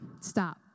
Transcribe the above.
stop